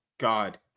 God